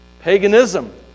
paganism